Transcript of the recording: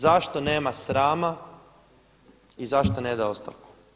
Zašto nema srama i zašto ne da ostavku?